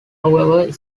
however